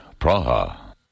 Praha